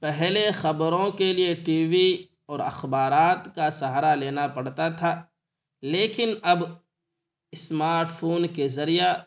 پہلے خبروں کے لیے ٹی وی اور اخبارات کا سہارا لینا پڑتا تھا لیکن اب اسمارٹ فون کے ذریعہ